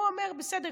הוא אומר: בסדר,